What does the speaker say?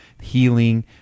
healing